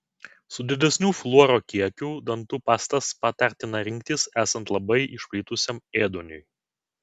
su didesniu fluoro kiekiu dantų pastas patartina rinktis esant labai išplitusiam ėduoniui